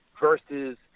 versus